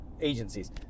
agencies